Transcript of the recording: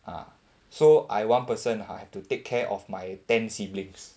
ah so I one person I have to take care of my ten siblings